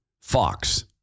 fox